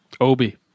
Obi